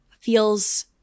feels